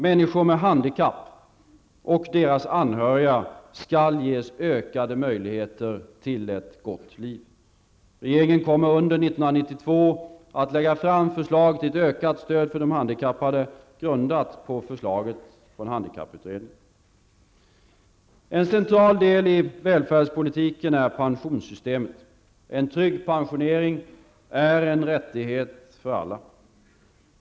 Människor med handikapp och deras anhöriga skall ges ökade möjligheter till ett gott liv. Regeringen kommer under 1992 att lägga fram förslag till ett ökat stöd för de handikappade grundat på förslaget från handikapputredningen. En central del av välfärdspolitiken är pensionssystemet. En trygg pensionering är en rättighet för alla.